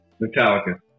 Metallica